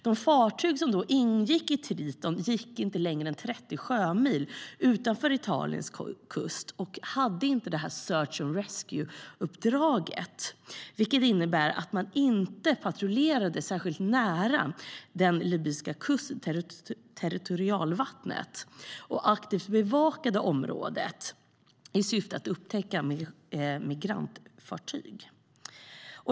De fartyg som ingick i Triton gick inte längre än 30 sjömil utanför Italiens kust och hade inte search-and-rescue-uppdraget, vilket innebar att man inte patrullerade särskilt nära Libyens territorialvatten eller aktivt bevakade området i syfte att upptäcka migrantfartyg.